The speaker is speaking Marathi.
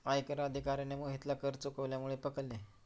आयकर अधिकाऱ्याने मोहितला कर चुकवल्यामुळे पकडले